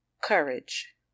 courage